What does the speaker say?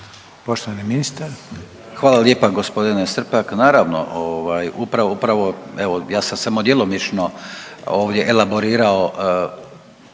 Gordan (HDZ)** Hvala lijepa gospodine Srpak. Naravno upravo evo ja sam samo djelomično ovdje elaborirao